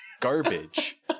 garbage